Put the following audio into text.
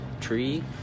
tree